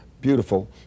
beautiful